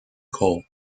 coal